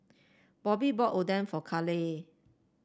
Bobbye bought Oden for Caleigh